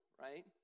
right